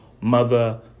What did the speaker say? mother